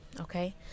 okay